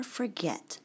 forget